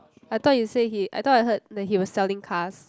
I thought you say he I thought I heard that he was selling cars